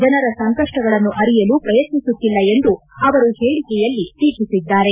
ಜನರ ಸಂಕಷ್ಟಗಳನ್ನು ಅರಿಯಲು ಪ್ರಯತ್ನಿಸುತ್ತಿಲ್ಲ ಎಂದು ಅವರು ಹೇಳಿಕೆಯಲ್ಲಿ ಟೀಕಿಸಿದ್ದಾರೆ